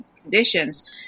conditions